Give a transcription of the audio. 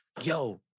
yo